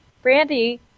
Brandy